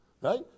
Right